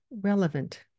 relevant